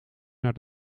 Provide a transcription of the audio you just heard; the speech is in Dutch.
naar